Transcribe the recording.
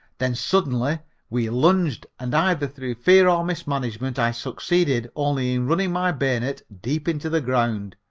then suddenly we lunged and either through fear or mismanagement i succeeded only in running my bayonet deep into the ground.